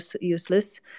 useless